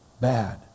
bad